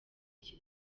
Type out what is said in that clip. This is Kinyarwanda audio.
iki